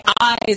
eyes